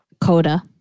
Coda